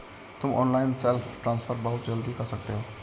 तुम online self transfer बहुत जल्दी कर सकते हो